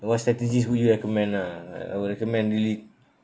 what strategies would you recommend lah I will recommend really